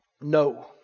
No